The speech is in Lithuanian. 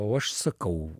o aš sakau